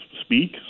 speak